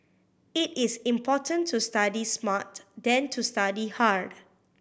it is important to study smart than to study hard